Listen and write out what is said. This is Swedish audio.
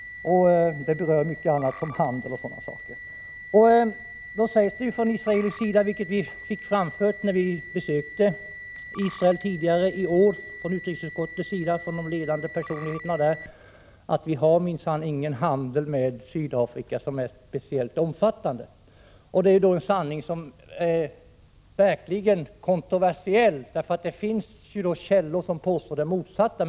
Det berör handel och mycket annat. Det sägs från israelisk sida — det fick vi också höra när utrikesutskottet besökte Israel tidigare i år — att Israel minsann inte har någon speciellt omfattande handel med Sydafrika. Det är ju en sanning som verkligen är kontroversiell, för det finns källor som påstår det motsatta.